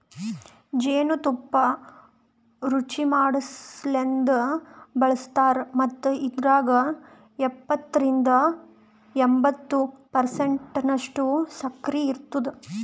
ಜೇನು ತುಪ್ಪ ರುಚಿಮಾಡಸಲೆಂದ್ ಬಳಸ್ತಾರ್ ಮತ್ತ ಇದ್ರಾಗ ಎಪ್ಪತ್ತರಿಂದ ಎಂಬತ್ತು ಪರ್ಸೆಂಟನಷ್ಟು ಸಕ್ಕರಿ ಇರ್ತುದ